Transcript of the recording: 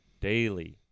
Daily